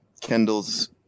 Kendall's